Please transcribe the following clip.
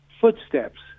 footsteps